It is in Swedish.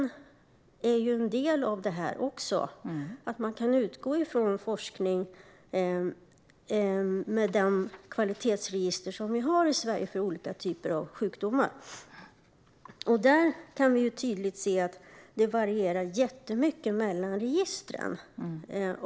De är ju en del av detta, och det är viktigt att vi i Sverige kan utgå från kvalitetsregistren när det gäller forskning om olika sjukdomar. Vi kan tydligt se att det varierar mycket mellan registren.